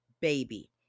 baby